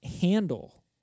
handle